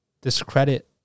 discredit